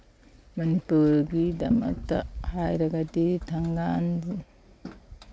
ꯃꯅꯤꯄꯨꯔꯒꯤꯗꯃꯛꯇ ꯍꯥꯏꯔꯒꯗꯤ ꯊꯪꯒꯥꯜ